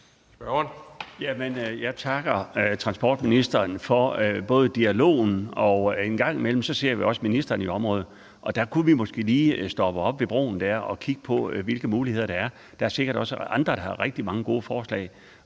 jeg takker transportministeren for dialogen, og en gang imellem ser vi også ministeren i området. Og der kunne vi måske lige stoppe op ved broen og kigge på, hvilke muligheder der er. Der er sikkert også andre, der har rigtig mange gode forslag.